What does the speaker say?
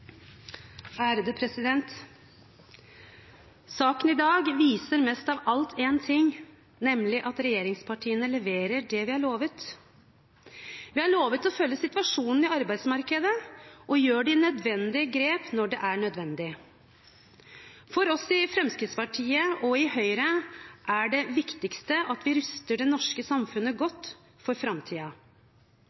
står bak. Saken i dag viser mest av alt én ting, nemlig at regjeringspartiene leverer det vi har lovet. Vi har lovet å følge situasjonen i arbeidsmarkedet og gjør de nødvendige grep når det trengs. For oss i Fremskrittspartiet og Høyre er det viktigste at vi ruster det norske samfunnet godt for